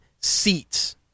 seats